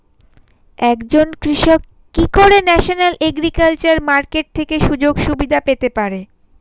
একজন কৃষক কি করে ন্যাশনাল এগ্রিকালচার মার্কেট থেকে সুযোগ সুবিধা পেতে পারে?